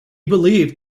believed